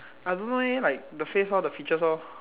I don't know leh like the face lor the features lor